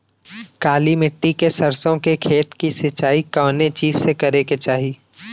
काली मिट्टी के सरसों के खेत क सिंचाई कवने चीज़से करेके चाही?